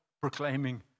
proclaiming